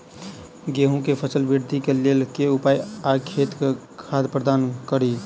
गेंहूँ केँ फसल वृद्धि केँ लेल केँ उपाय आ खेत मे खाद प्रदान कड़ी?